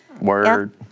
Word